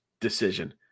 decision